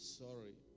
sorry